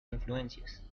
influencias